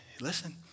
listen